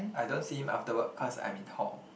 I don't see him after work cause I'm in hall